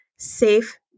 safe